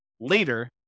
later